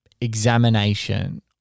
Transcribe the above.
examination